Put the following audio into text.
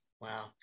Wow